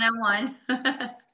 one-on-one